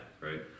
right